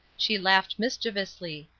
she laughed mischievously.